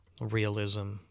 realism